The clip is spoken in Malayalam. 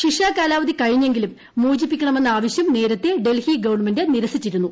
ശിക്ഷാകാലാവധി കഴിഞ്ഞെങ്കിലും മോചിപ്പിക്കണമെന്ന ആവശ്യം നേരത്തെ ഡൽഹി ഗവൺമെന്റ് നിരസിച്ചിരുന്നു